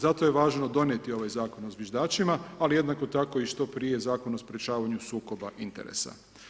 Zato je važno donijeti ovaj zakon o zviždačima ali jednako tako i što prije Zakon o sprječavanju sukoba interesa.